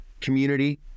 community